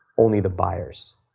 only the buyers.